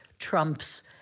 Trump's